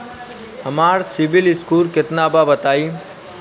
हमार सीबील स्कोर केतना बा बताईं?